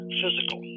physical